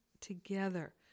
together